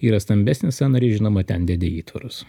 yra stambesnis sąnarys žinoma ten dedi įtvarus